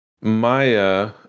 Maya